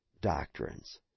doctrines